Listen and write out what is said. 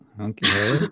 okay